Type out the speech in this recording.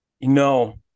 no